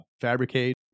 fabricate